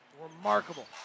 remarkable